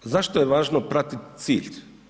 Zašto je važno pratiti cilj?